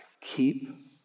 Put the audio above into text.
Keep